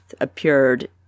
appeared